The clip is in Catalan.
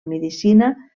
medicina